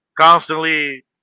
constantly